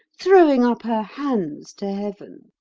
throwing up her hands to heaven.